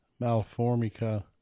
Malformica